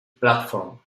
platform